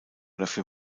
dafür